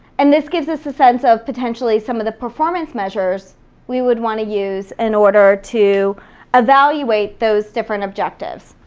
and this gives us a sense of potentially some of the performance measures we would wanna use in order to evaluate those different objectives.